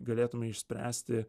galėtume išspręsti